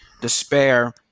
despair